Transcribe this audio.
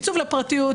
עיצוב לפרטיות,